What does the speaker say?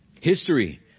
History